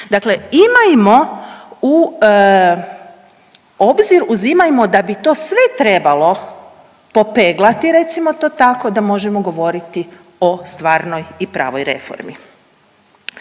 Dakle imajmo u obzir uzimajmo da bi to sve trebalo popeglati, recimo to tako, da možemo govoriti o stvarnoj i pravoj reformi.